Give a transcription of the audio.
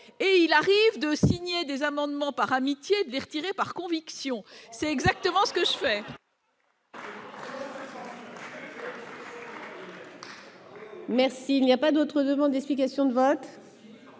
Il arrive de signer des amendements par amitié et de les retirer par conviction ... C'est exactement ce que je fais